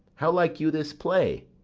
how like you this play?